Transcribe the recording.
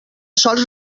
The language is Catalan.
sols